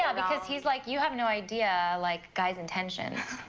yeah because he's like you have no idea like guys' intentions.